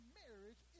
marriage